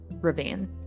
ravine